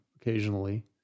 occasionally